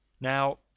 Now